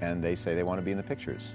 and they say they want to be in the pictures